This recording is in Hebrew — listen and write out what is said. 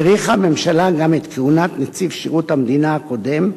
האריכה הממשלה גם את כהונת נציב שירות המדינה הקודם,